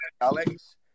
Alex